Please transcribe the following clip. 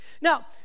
now